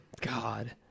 God